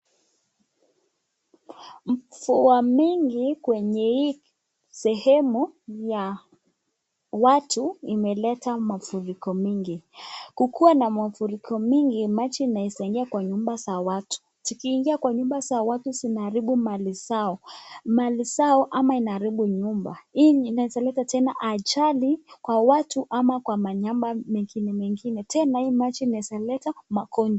Mvua mingi kwenye hii sehemu ya watu imeleta mafuriko mingi. Kukuwa na mafuriko mingi maji inaweza ingia kwa nyumba za watu, zikiingia kwa nyumba za watu zinaharibu mali zao, mali zao ama inaharibu nyumba. Hii inaeza leta tena ajali kwa watu ama kwa manyumba mengine mengine tena hii maji inaeza leta magonjwa.